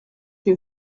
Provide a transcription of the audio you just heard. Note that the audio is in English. you